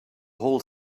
whole